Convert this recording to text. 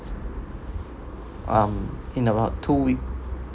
um in about two week